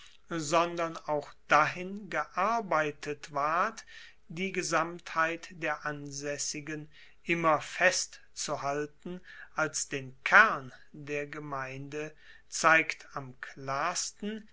sondern auch dahin gearbeitet ward die gesamtheit der ansaessigen immer festzuhalten als den kern der gemeinde zeigt am klarsten